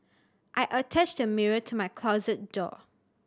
I attached a mirror to my closet door